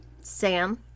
Sam